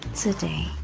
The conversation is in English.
today